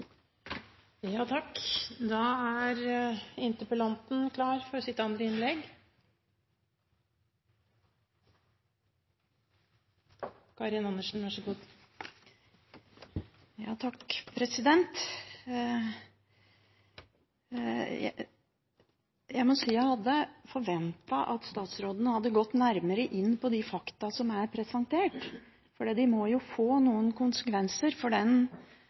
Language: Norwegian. Jeg må si jeg hadde forventet at statsråden hadde gått nærmere inn på de fakta som er presentert, fordi det må jo få noen konsekvenser for